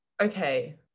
okay